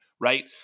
Right